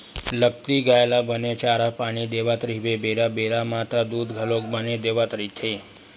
लगती गाय ल बने चारा पानी देवत रहिबे बेरा बेरा म त दूद घलोक बने देवत रहिथे